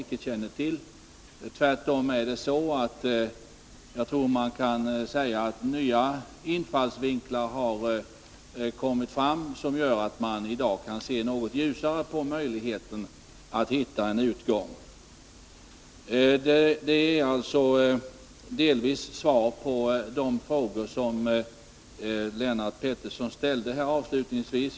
Tvärtom tycks man ha funnit nya infallsvinklar, vilket gör att jag i dag ser något ljusare på möjligheten att hitta en utgång. Detta är alltså delvis svar på de frågor Lennart Pettersson ställde avslutningsvis.